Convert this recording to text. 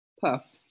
Puff